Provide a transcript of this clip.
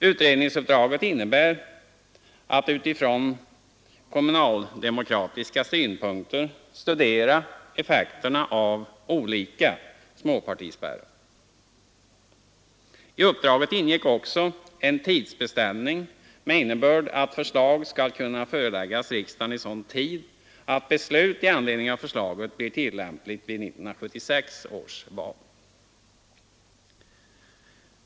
Utredningsuppdraget innebar att utifrån kommunaldemokratiska synpunkter studera effekterna av olika småpartispärrar. I uppdraget ingick också en tidsbeställning med innebörd att förslag skall kunna föreläggas riksdagen i sådan tid att beslut i anledning av förslaget blir tillämpligt vid 1976 års val.